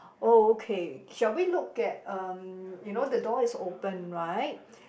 oh okay shall we look at um you know the door is open right